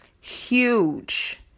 Huge